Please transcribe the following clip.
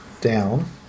down